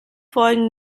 folgen